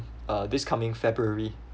uh this coming february